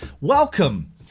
Welcome